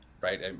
right